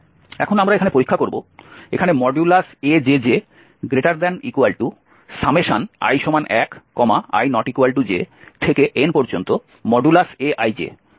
এখন আমরা এখানে পরীক্ষা করব এখানে ajji1i≠jnaij লিখতে হবে কিনা